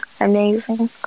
Amazing